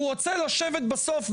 שר הבט"פ.